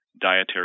dietary